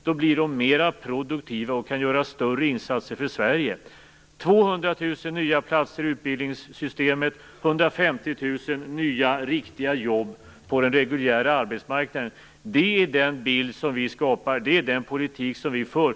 De blir då mer produktiva och kan göra större insatser för Sverige. 150 000 nya, riktiga jobb på den reguljära arbetsmarknaden är den bild som vi skapar och den politik som vi för.